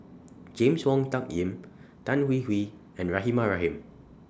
James Wong Tuck Yim Tan Hwee Hwee and Rahimah Rahim